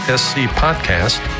scpodcast